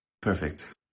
Perfect